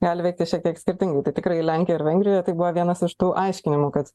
gali veikti šiek tiek skirtingai tai tikrai lenkijoj ir vengrijoj tai buvo vienas iš tų aiškinimų kad